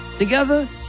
Together